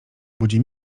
budzi